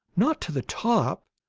not to the top,